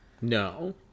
No